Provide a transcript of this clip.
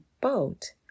boat